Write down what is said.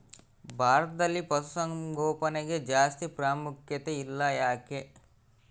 ಭಾರತದಲ್ಲಿ ಪಶುಸಾಂಗೋಪನೆಗೆ ಜಾಸ್ತಿ ಪ್ರಾಮುಖ್ಯತೆ ಇಲ್ಲ ಯಾಕೆ?